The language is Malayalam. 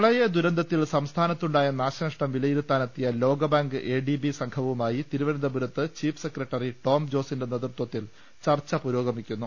പ്രളയ ദുരന്തത്തിൽ സംസ്ഥാനത്തുണ്ടായ നാശനഷ്ടം വില യിരുത്താനെത്തിയ ലോകബാങ്ക് എ ഡി ബി സംഘവുമായി തിരു വനന്തപുരത്ത് ചീഫ് സെക്രട്ടറി ടോം ജോസിന്റെ നേതൃത്വത്തിൽ ചർച്ച പുരോഗമിക്കുന്നു